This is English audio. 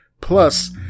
Plus